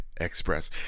Express